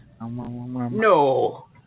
No